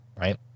Right